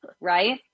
right